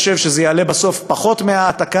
אני חושב שזה יעלה פחות מההעתקה,